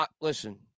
listen